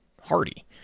hardy